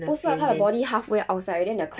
不是 lah 他的 body half way outside already then the class